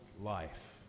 life